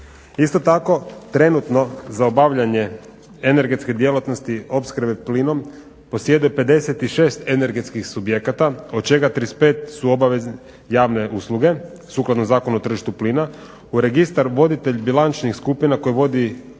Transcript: Isto tako, trenutno za obavljanje energetske djelatnosti opskrbe plinom posjeduje 56 energetskih subjekata od čega 35 su obavezne javne usluge, sukladno Zakonu o tržištu plina, u registar voditelj bilančnih skupina koji vodi